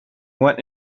went